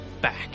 back